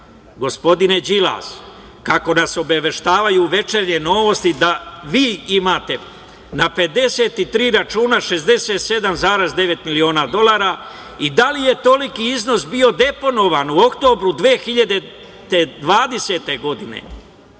gospodine Đilas, kako nas obaveštavaju "Večernje novosti“ da vi imate na 53 računa 67,9 miliona dolara i da li je toliki iznos bio deponovan u oktobru 2020. godine